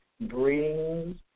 brings